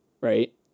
Right